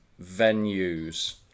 venues